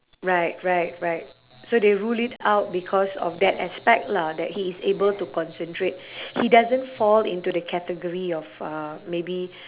right right right so they rule it out because of that aspect lah that he is able to concentrate he doesn't fall into the category of uh maybe